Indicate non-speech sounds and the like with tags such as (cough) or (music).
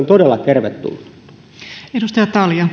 (unintelligible) todella tervetullut arvoisa